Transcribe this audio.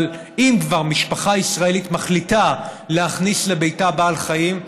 אבל אם כבר משפחה ישראלית מחליטה להכניס לביתה בעל חיים,